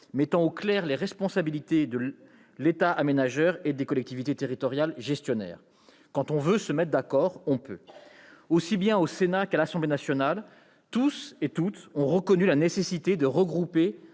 mettant au clair les responsabilités de l'État aménageur et des collectivités territoriales gestionnaires. Quand on veut se mettre d'accord, on peut ! Aussi bien au Sénat qu'à l'Assemblée nationale, tous ont reconnu la nécessité de regrouper